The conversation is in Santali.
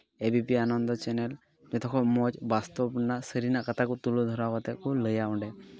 ᱮᱵᱤᱯᱤ ᱟᱱᱚᱱᱫᱚ ᱪᱮᱱᱮᱞ ᱡᱚᱛᱚ ᱠᱷᱚᱡ ᱢᱚᱡᱽ ᱵᱟᱥᱛᱚᱵ ᱨᱮᱱᱟᱜ ᱥᱟᱹᱨᱤᱱᱟᱜ ᱠᱟᱛᱷᱟ ᱠᱚ ᱛᱩᱞᱟᱣ ᱫᱷᱚᱨᱟᱣ ᱠᱨᱟᱛᱮᱫ ᱠᱚ ᱞᱟᱹᱭᱟ ᱚᱸᱰᱮ